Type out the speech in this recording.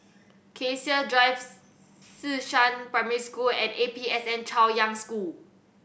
Cassia Drive Xishan Primary School and A P S N Chaoyang School